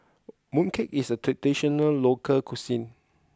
Mooncake is a traditional local cuisine